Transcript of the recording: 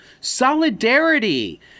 solidarity